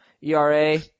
ERA